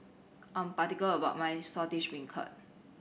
I'm particular about my Saltish Beancurd